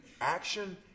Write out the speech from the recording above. action